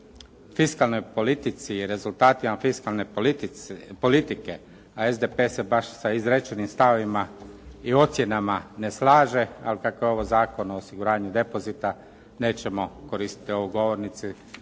fiskalnoj politici i o rezultatima fiskalne politike, a SDP se baš sa izrečenim stavovima i ocjenama ne slaže, ali kako je ovo Zakon o osiguranju depozita nećemo koristiti ovu govornicu